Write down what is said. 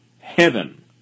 heaven